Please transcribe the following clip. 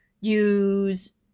use